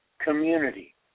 community